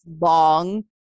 long